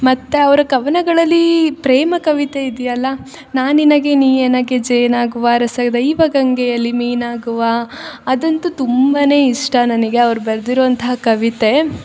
ಮತ್ತು ಅವರ ಕವನಗಳಲ್ಲೀ ಪ್ರೇಮ ಕವಿತೆ ಇದಿಯಲ್ಲ ನಾ ನಿನಗೆ ನೀ ಎನಗೆ ಜೇನಾಗುವ ರಸ ದೇವ ಗಂಗೆಯಲಿ ಮೀನಾಗುವ ಅದಂತು ತುಂಬ ಇಷ್ಟ ನನಗೆ ಅವ್ರು ಬರ್ದಿರೋವಂಥ ಕವಿತೆ